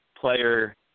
player